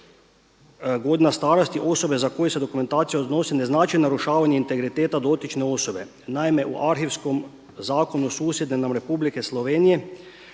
godina starosti osobe za koju se dokumentacija odnosi ne znači narušavanje integriteta dotične osobe? Naime, u arhivskom zakonu susjedne nam Republike Slovenije